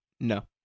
No